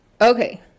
Okay